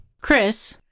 Chris